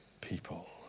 People